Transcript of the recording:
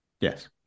Yes